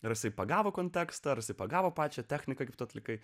tasai pagavo kontekstą pagavo pačią techniką kaip tu atlikai